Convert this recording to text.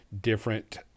different